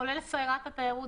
כולל שרת התיירות,